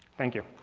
thank you.